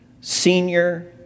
senior